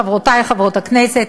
חברותי חברות הכנסת,